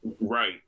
Right